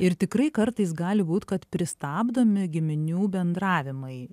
ir tikrai kartais gali būt kad pristabdomi giminių bendravimai